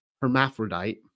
hermaphrodite